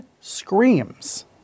screams